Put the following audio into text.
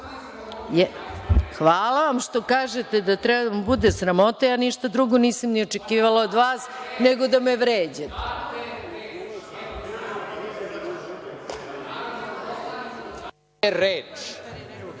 vam što kažete da treba da me bude sramota. Ja ništa drugo nisam očekivala od vas nego da me vređate.(Saša